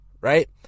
Right